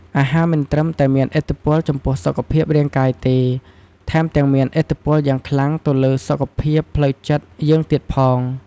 អាហារមិនត្រឹមតែមានឥទ្ធិពលចំពោះសុខភាពរាងកាយទេ ថែមទាំងមានឥទ្ធិពលយ៉ាងខ្លាំងទៅលើសុខភាពផ្លូវចិត្តយើងទៀតផង។